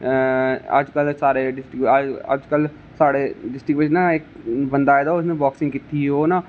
अजकल ते सारे डिस्ट्रिक्ट अजकल साढ़े डिस्ट्रिक्ट बिच ना बंदा आए दा उसने बाकसिंग कीती ही ओह् ना